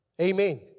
Amen